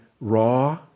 raw